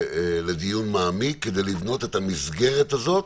לדיון מעמיק, כדי לבנות את המסגרת הזאת,